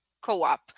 co-op